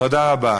תודה רבה.